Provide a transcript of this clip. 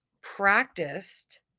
practiced